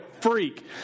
freak